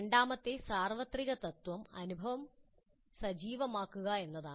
രണ്ടാമത്തെ സാർവത്രിക തത്വം അനുഭവം സജീവമാക്കുക എന്നതാണ്